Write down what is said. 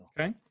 Okay